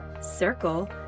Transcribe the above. Circle